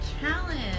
challenge